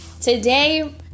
today